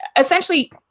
essentially